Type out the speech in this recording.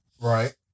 Right